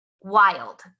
wild